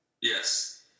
Yes